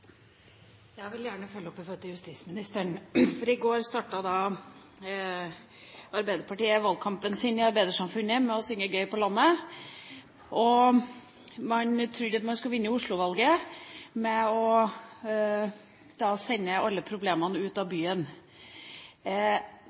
vil gjerne følge opp – til justisministeren. I går startet Arbeiderpartiet valgkampen sin i Arbeidersamfunnet med å synge «Gøy på landet», og man trodde at man skulle vinne Oslo-valget ved å sende alle problemene ut av byen.